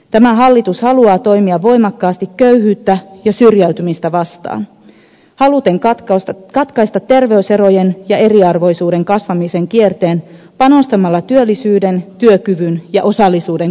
tämä hallitus haluaa toimia voimakkaasti köyhyyttä ja syrjäytymistä vastaan haluten katkaista terveyserojen ja eriarvoisuuden kasvamisen kierteen panostamalla työllisyyden työkyvyn ja osallisuuden kasvattamiseen